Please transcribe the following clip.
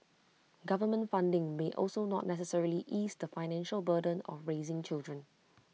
government funding may also not necessarily ease the financial burden of raising children